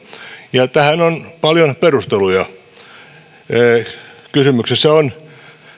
ja tähän on paljon perusteluja kysymys on